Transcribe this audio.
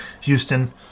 Houston